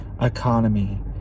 economy